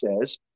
says